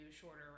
shorter